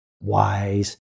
wise